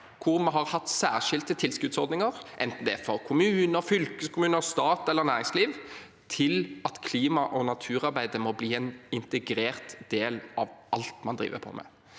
hvor vi har hatt særskilte tilskuddsordninger – enten det er for kommuner, fylkeskommuner, stat eller næringsliv – til at klima- og naturarbeidet blir en integrert del av alt man driver med.